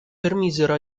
permisero